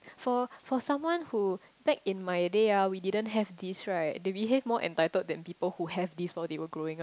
for for someone who back in my day ah we didn't have this right they behave more entitled than people who have this while they were growing up